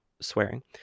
swearing